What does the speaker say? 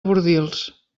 bordils